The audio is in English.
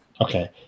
Okay